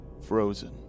frozen